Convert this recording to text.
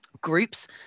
groups